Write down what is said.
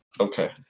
Okay